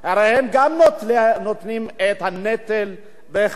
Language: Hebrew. הרי הם גם נוטלים את הנטל, בהחלט.